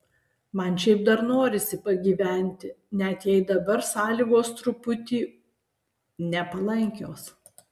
man šiaip dar norisi pagyventi net jei dabar sąlygos truputį nepalankios